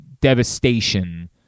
devastation